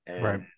Right